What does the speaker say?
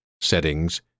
settings